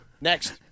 Next